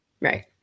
Right